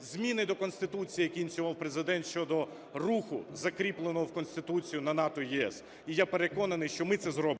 Зміни до Конституції, які ініціював Президент щодо руху, закріпленого в Конституції на НАТО і ЄС. І я переконаний, що ми це зробимо…